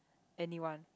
anyone